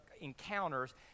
encounters